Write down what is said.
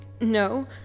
No